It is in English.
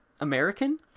American